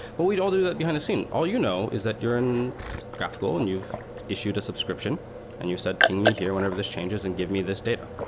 but we'd all do that behind the scene. all you know is that you're in graphical and you've issued a subscription and you said ping me here whenever this changes and give me this data,